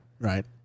Right